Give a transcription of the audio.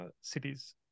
cities